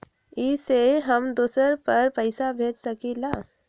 इ सेऐ हम दुसर पर पैसा भेज सकील?